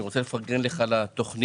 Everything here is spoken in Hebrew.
אני רוצה לפרגן לך על התוכנית.